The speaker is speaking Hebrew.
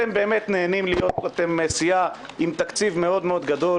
אתם סיעה עם תקציב גדול,